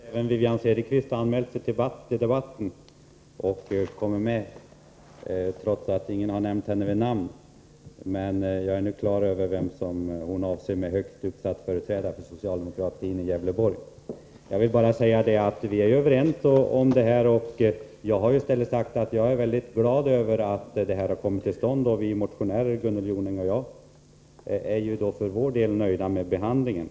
Herr talman! Jag finner till min glädje att även Wivi-Anne Cederqvist har anmält sig till debatten och deltar trots att ingen har nämnt hennes namn. Jag är nu på det klara med vem hon avser med högt uppsatt företrädare för socialdemokratin i Gävleborgs län. Vi är överens i sak. Jag har sagt att jag är mycket glad över den överenskommelse som uppnåtts. Vi motionärer — Gunnel Jonäng och jag — är för vår del nöjda med behandlingen.